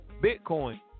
bitcoin